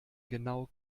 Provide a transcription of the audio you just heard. genau